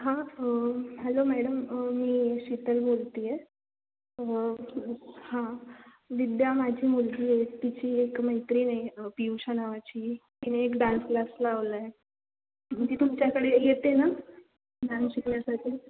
हां hello madam मी शीतल बोलते आहे हां विद्या माझी मुलगी आहे तिची एक मैत्रीण आहे पियुषा नावाची तिने एक डान्स क्लास लावला आहे ती तुमच्याकडे येते ना डान्स शिकण्यासाठी